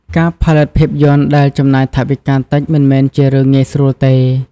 ការផលិតភាពយន្តដែលចំណាយថវិកាតិចមិនមែនជារឿងងាយស្រួលទេ។